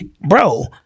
bro